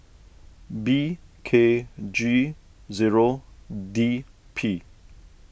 B K G zero D P